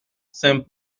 saint